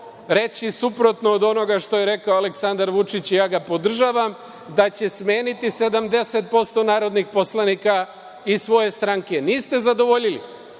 reći suprotno od onoga što je rekao Aleksandar Vučić, i ja ga podržavam, da će smeniti 70% narodnih poslanika iz svoje stranke? Niste zadovoljili,